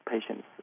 patients